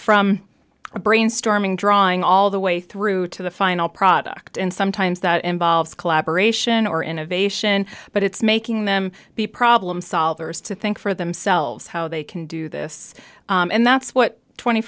from a brainstorming drawing all the way through to the final product and sometimes that involves collaboration or innovation but it's making them the problem solvers to think for themselves how they can do this and that's what twenty